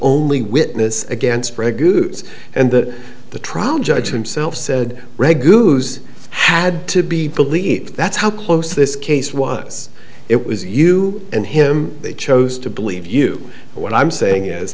only witness against and that the trial judge himself said reg had to be believed that's how close this case was it was you and him they chose to believe you but what i'm saying is